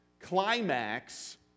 climax